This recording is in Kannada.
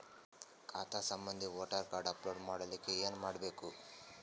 ಖಾತಾ ಸಂಬಂಧಿ ವೋಟರ ಕಾರ್ಡ್ ಅಪ್ಲೋಡ್ ಮಾಡಲಿಕ್ಕೆ ಏನ ಮಾಡಬೇಕು?